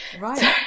right